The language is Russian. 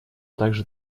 также